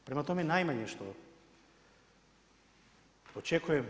Prema tome, najmanje što očekujem.